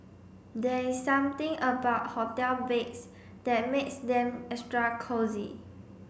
there's something about hotel beds that makes them extra cosy